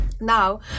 Now